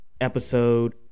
episode